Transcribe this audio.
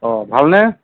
অঁ ভালনে